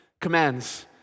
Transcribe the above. commands